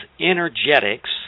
energetics